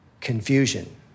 confusion